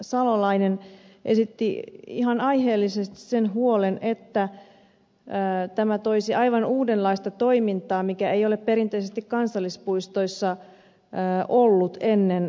salolainen esitti ihan aiheellisesti sen huolen että tämä toisi aivan uudenlaista toimintaa mitä ei ole perinteisesti kansallispuistoissa ollut ennen